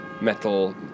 metal